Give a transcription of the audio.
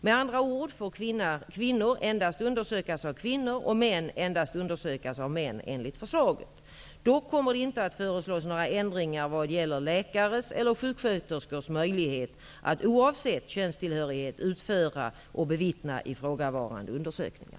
Med andra ord får kvinnor endast undersökas av kvinnor och män endast undersökas av män, enligt förslaget. Dock kommer det inte att föreslås några ändringar vad gäller läkares och sjuksköterskors möjligheter att oavsett könstillhörighet utföra och bevittna ifrågavarande undersökningar.